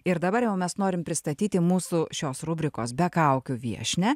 ir dabar jau mes norim pristatyti mūsų šios rubrikos be kaukių viešnią